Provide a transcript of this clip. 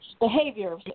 behavior